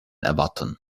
erwarten